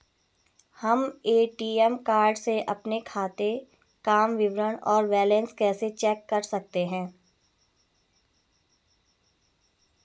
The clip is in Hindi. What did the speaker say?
हम ए.टी.एम कार्ड से अपने खाते काम विवरण और बैलेंस कैसे चेक कर सकते हैं?